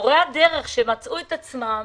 מורי הדרך מצאו את עצמם